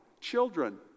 children